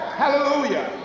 hallelujah